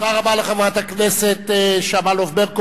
תודה רבה לחברת הכנסת שמאלוב-ברקוביץ.